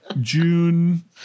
June